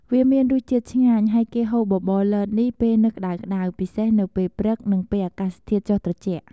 វាមានរសជាតិឆ្ញាញ់ ហើយគេហូបបបរលតនេះពេលនៅក្តៅៗពិសេសនៅពេល ព្រឹក និងពេលអាកាសធាតុចុះត្រជាក់។